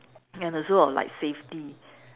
and also of like safety